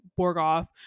Borgoff